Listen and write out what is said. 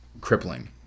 crippling